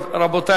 רבותי,